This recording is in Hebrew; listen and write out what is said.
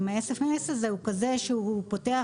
אם ה-S.M.S הזה הוא כזה שהוא פותח